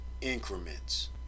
increments